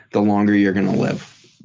the longer you're going to live.